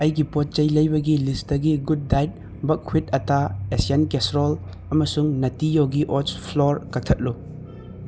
ꯑꯩꯒꯤ ꯄꯣꯠ ꯆꯩ ꯂꯩꯕꯒꯤ ꯂꯤꯁꯇꯒꯤ ꯒꯨꯠꯗꯥꯏꯠ ꯕꯛꯋꯤꯠ ꯑꯇꯥ ꯑꯦꯁꯤꯌꯥꯟ ꯀꯦꯁꯔꯣꯜ ꯑꯝꯁꯨꯡ ꯅꯠꯇꯤ ꯌꯣꯒꯤ ꯑꯣꯠꯁ ꯐ꯭ꯂꯣꯔ ꯀꯛꯊꯠꯂꯨ